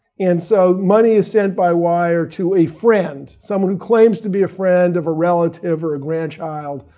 and so money is sent by wire to a friend, someone who claims to be a friend of a relative or a grandchild.